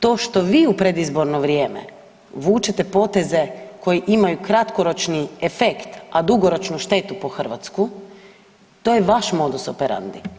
To što vi u predizborno vrijeme vučete poteze koji imaju kratkoročni efekt, a dugoročno štetu po Hrvatsku, to je vaš modus operandi.